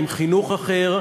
עם חינוך אחר,